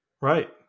Right